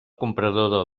comprador